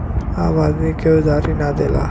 आम आदमी के उधारी ना देला